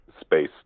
space